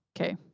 Okay